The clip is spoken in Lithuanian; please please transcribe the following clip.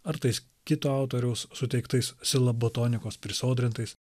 ar tais kito autoriaus suteiktais silabotonikos prisodrintais